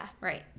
Right